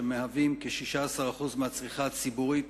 שהם כ-16% מהצריכה הציבורית